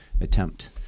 attempt –